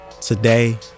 today